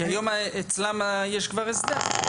כי אצלם כיום יש כבר הסדר.